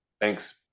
Thanks